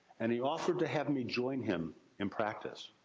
and he offered to have me join him in practice.